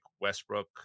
Westbrook